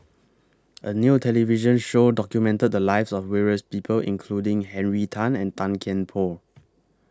A New television Show documented The Lives of various People including Henry Tan and Tan Kian Por